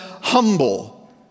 humble